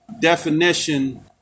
definition